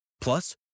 Plus